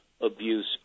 abuse